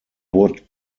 would